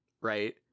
right